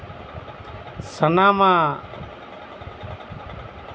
ᱥᱟᱱᱟᱢᱟᱜ